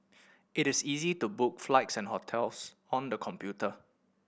it is easy to book flights and hotels on the computer